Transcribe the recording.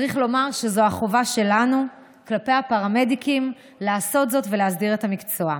צריך לומר שזו החובה שלנו כלפי הפרמדיקים לעשות זאת ולהסדיר את המקצוע.